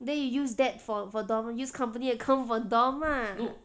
then you use that for dom use company account for dom ah